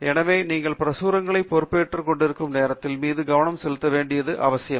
எனவே நீங்கள் பிரசுரங்களைப் பொறுப்பேற்றுக் கொண்டிருக்கும் நேரத்தின் மீது கவனம் செலுத்த வேண்டியது அவசியம்